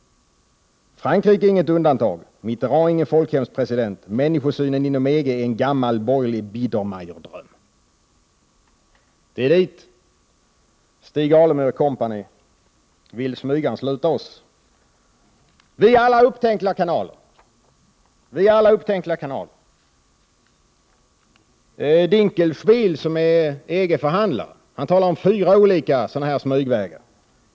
Frankrike är inget undantag. Mitterrand är ingen folkhemspresident. Människosynen inom EG är grundad på en gammal borgerlig biedermeierdröm. Stig Alemyr & Co vill smygansluta oss via alla upptänkliga kanaler. Ulf Dinkelspiel, som är en EG-förhandlare, talade om fyra olika smygvägar.